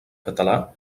català